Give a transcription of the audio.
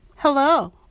Hello